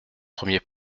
premier